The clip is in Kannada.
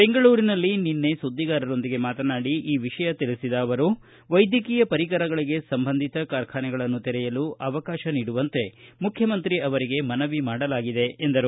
ಬೆಂಗಳೂರಿನಲ್ಲಿ ನಿನ್ನೆ ಸುದ್ವಿಗಾರರೊಂದಿಗೆ ಮಾತನಾಡಿ ಈ ವಿಷಯ ತಿಳಿಬದ ಅವರು ವೈದ್ಯಕೀಯ ಪರಿಕರಗಳಿಗೆ ಸಂಬಂಧಿತ ಕಾರ್ಖಾನೆಗಳನ್ನು ತೆರೆಯಲು ಅವಕಾಶ ನೀಡುವಂತೆ ಮುಖ್ಣಮಂತ್ರಿ ಅವರಿಗೆ ಮನವಿ ಮಾಡಲಾಗಿದೆ ಎಂದರು